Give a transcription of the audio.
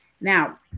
now